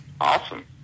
Awesome